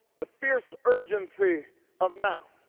the fierce urgency of now.